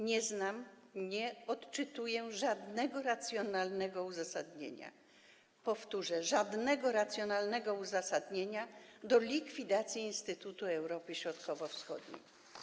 Nie znam, nie odczytuję żadnego racjonalnego uzasadnienia, powtórzę: żadnego racjonalnego uzasadnienia likwidacji Instytutu Europy Środkowo-Wschodniej.